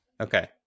okay